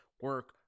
Work